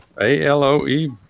a-l-o-e